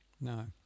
No